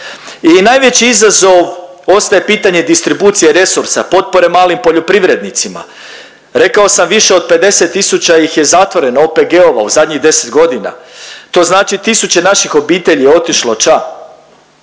I najveći izazov ostaje pitanje distribucije resursa, potpore malim poljoprivrednicima. Rekao sam više od 50 000 ih je zatvoreno, OPG-ova u zadnjih 10 godina. To znači tisuće naših obitelji je otišlo ča.